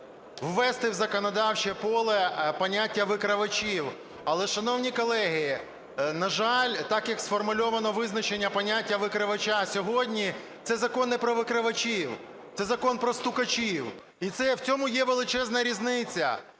ввести в законодавче поле поняття "викривачів". Але, шановні колеги, на жаль, так, як сформульовано визначення поняття "викривача" сьогодні, це закон не про викривачів, це закон про "стукачів". І це в цьому є величезна різниця.